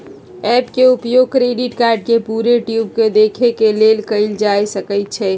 app के उपयोग credit card के पूरे ड्यू के देखे के लेल कएल जा सकइ छै